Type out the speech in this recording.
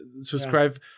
subscribe